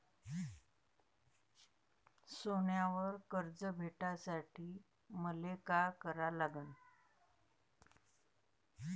सोन्यावर कर्ज भेटासाठी मले का करा लागन?